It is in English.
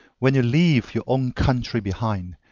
when you leave your own country behind,